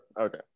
Okay